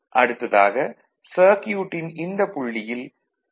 அடுத்ததாக சர்க்யூட்டின் இந்த புள்ளியில் கே